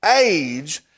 age